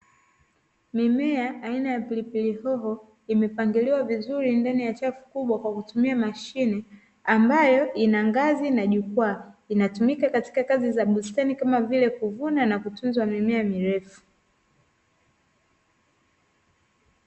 Mimea aina ya pilipili hoho imepangiliwa vizuri ndani ya chafu kubwa kwa kutumia mashine ambayo inangazi na jukwaa, inatumika Katika kazi za bustani kama vile kuvuna na kutunza mimea mirefu.